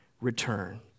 return